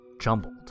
jumbled